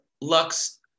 Lux